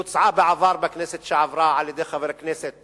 היא הוצעה בעבר, בכנסת שעברה, על-ידי חבר הכנסת